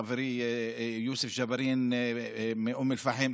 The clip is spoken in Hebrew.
חברי יוסף ג'בארין מאום אל-פחם.